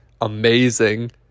amazing